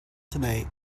tonight